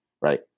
right